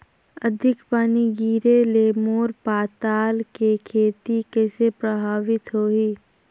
अधिक पानी गिरे ले मोर पताल के खेती कइसे प्रभावित होही?